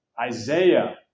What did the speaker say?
Isaiah